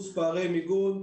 פערי מיגון,